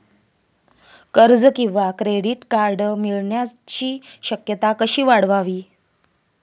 कर्ज किंवा credit card मिळण्याची शक्यता कशी वाढवावी?